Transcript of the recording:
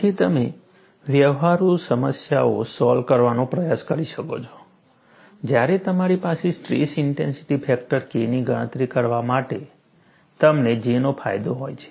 તેથી તમે વ્યવહારુ સમસ્યાઓ સોલ્વ કરવાનો પ્રયાસ કરી શકો છો જ્યારે તમારી પાસે સ્ટ્રેસ ઇન્ટેન્સિટી ફેક્ટર K ની ગણતરી કરવા માટે તમને J નો ફાયદો હોય છે